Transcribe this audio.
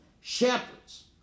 shepherds